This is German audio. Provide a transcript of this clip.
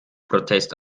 protest